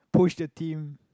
push the team